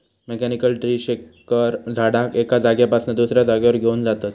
mechanical tree shaker झाडाक एका जागेपासना दुसऱ्या जागेवर घेऊन जातत